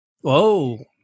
Whoa